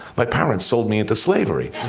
my parents sold me into slavery.